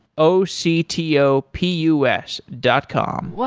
o c t o p u s dot com